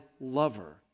lover